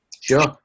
Sure